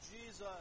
Jesus